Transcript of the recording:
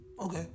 Okay